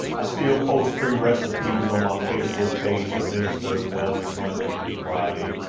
i still post free recipes on my facebook page, the minister of wellness monday through friday.